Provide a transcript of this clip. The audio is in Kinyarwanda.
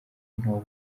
nka